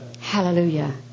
Hallelujah